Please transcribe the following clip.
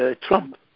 Trump